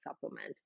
supplement